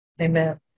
Amen